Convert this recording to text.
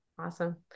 Awesome